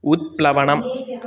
उत्प्लवनम्